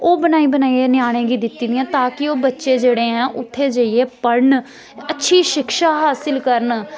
ओह् बनाई बनाइयै ञ्यानें गी दित्ती दियां ताकि ओह् बच्चे जेह्ड़े ऐ उत्थै जाइयै पढ़न अच्छी शिक्षा हासल करन